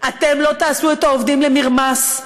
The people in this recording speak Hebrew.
אתם לא תעשו את העובדים למרמס,